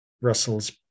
Russell's